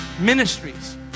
ministries